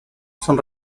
son